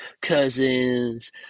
cousins